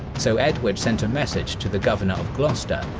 so edward sent a message to the governor of gloucester,